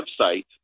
website